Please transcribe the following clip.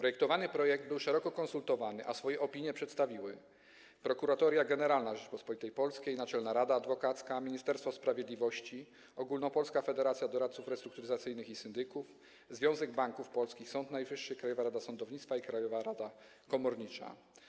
Omawiany projekt był szeroko konsultowany, a swoje opinie przedstawiły: Prokuratoria Generalna Rzeczypospolitej Polskiej, Naczelna Rada Adwokacka, Ministerstwo Sprawiedliwości, Ogólnopolska Federacja Doradców Restrukturyzacyjnych i Syndyków, Związek Banków Polskich, Sąd Najwyższy, Krajowa Rada Sądownictwa i Krajowa Rada Komornicza.